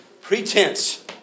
Pretense